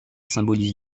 symbolise